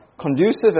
conducive